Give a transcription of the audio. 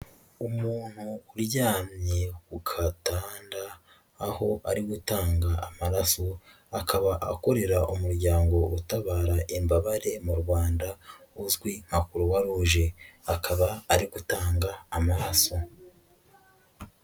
Umuntu uryamye ku gatanda aho ari gutanga amaraso akaba akorera umuryango utabara imbabare mu Rwanda uzwi nka Croix-Rouge, akaba ari gutanga amaraso.